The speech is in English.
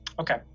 Okay